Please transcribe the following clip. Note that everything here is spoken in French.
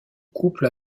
couple